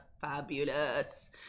fabulous